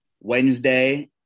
Wednesday